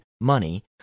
money